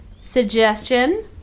suggestion